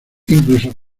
incluso